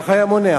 כך היה מונה.